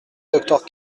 docteur